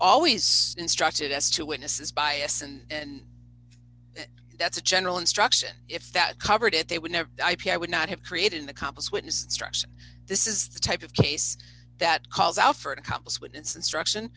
always instructed us to witnesses bias and that's a general instruction if that covered it they would never i p i would not have created an accomplice witness struction this is the type of case that calls out for an accomplice when it's instruction